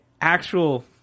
actual